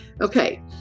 Okay